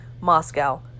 Moscow